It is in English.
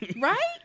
right